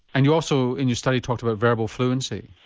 and you also in your study talked about verbal fluency.